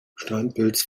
steinpilz